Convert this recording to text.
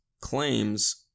claims